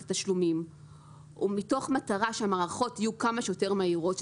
התשלומים ומתוך מטרה שהמערכות יהיו כמה שיותר מהירות,